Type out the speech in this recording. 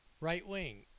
Right-wing